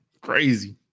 Crazy